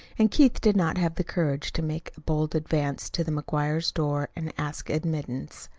and keith did not have the courage to make a bold advance to the mcguire door and ask admittance.